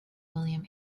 william